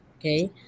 okay